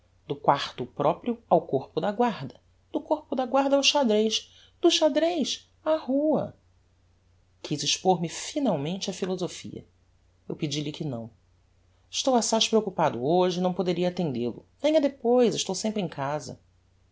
do quarto proprio ao corpo da guarda do corpo da guarda ao xadrez do xadrez á rua quiz expor me finalmente a philosophia eu pedi-lhe que não estou assaz preocupado hoje e não poderia attendel o venha depois estou sempre em casa